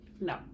no